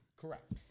Correct